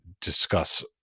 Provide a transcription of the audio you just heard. discuss